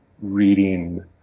reading